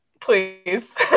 please